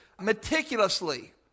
meticulously